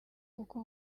kuko